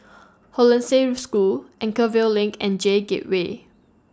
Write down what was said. Hollandse School Anchorvale LINK and J Gateway